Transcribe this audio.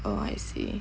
oh I see